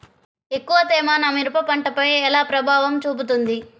ఎక్కువ తేమ నా మిరప పంటపై ఎలా ప్రభావం చూపుతుంది?